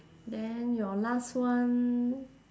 then your last one